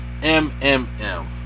MMM